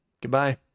Goodbye